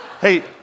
Hey